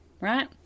right